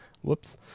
Whoops